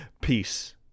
Peace